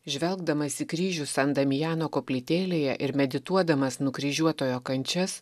žvelgdamas į kryžių san damijano koplytėlėje ir medituodamas nukryžiuotojo kančias